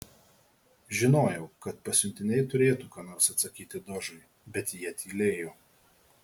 žinojau kad pasiuntiniai turėtų ką nors atsakyti dožui bet jie tylėjo